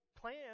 Plan